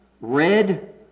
red